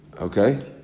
Okay